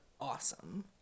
awesome